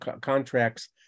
contracts